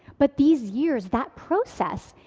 but these years, that process,